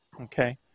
Okay